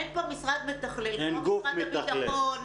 אין פה משרד מתכלל כמו משרד הביטחון,